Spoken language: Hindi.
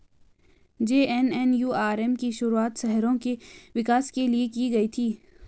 जे.एन.एन.यू.आर.एम की शुरुआत शहरों के विकास के लिए की गई थी